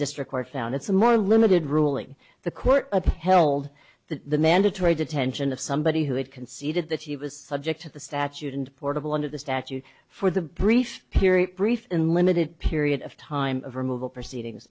district court found it's a more limited ruling the court upheld the mandatory detention of somebody who had conceded that he was subject to the statute and portable under the statute for the brief period brief and limited period of time of removal proceedings